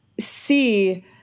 See